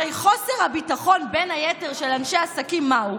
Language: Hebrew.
הרי חוסר הביטחון, בין היתר, של אנשי עסקים, מהו?